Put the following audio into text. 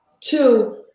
two